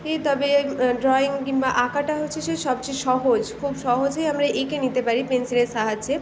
এ তবে ড্রয়িং কিংবা আঁকাটা হচ্ছে সে সবচেয়ে সহজ খুব সহজেই আমরা এঁকে নিতে পারি পেনসিলের সাহায্যে